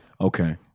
Okay